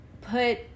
put